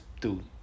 Dude